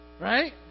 Right